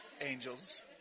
angels